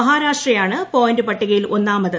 മഹാരാഷ്ട്രയാണ് point പട്ടികയിൽ ഒന്നാമത്